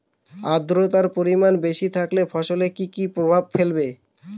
আদ্রর্তার পরিমান বেশি থাকলে ফসলে কি কি প্রভাব ফেলবে?